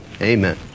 Amen